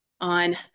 on